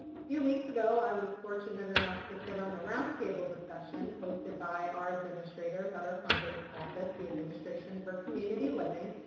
few weeks ago i was fortunate enough to sit on a round table discussion hosted by our administrators at our funder's office, the administration for community living.